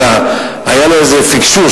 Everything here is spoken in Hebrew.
ש"חיזבאללה" היה לו איזה פקשוש,